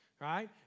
right